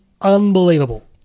unbelievable